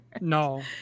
no